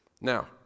Now